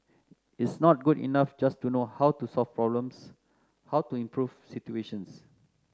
it's not good enough just to know how to solve problems how to improve situations